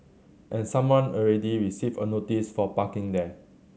and someone already received a notice for parking there